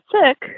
sick